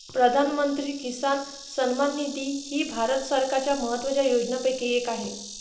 प्रधानमंत्री किसान सन्मान निधी ही भारत सरकारच्या महत्वाच्या योजनांपैकी एक आहे